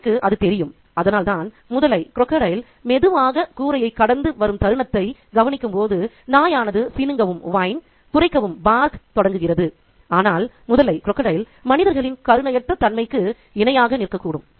நாய்க்கு அது தெரியும் அதனால்தான் முதலை மெதுவாக கூரையை கடந்து வரும் தருணத்தை கவனிக்கும்போது நாயானது சிணுங்கவும் குரைக்கவும் தொடங்குகிறது ஆனால் முதலை மனிதர்களின் கருணையற்ற தன்மைக்கு இணையாக நிற்கக்கூடும்